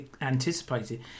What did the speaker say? anticipated